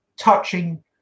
touching